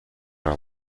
are